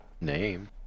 name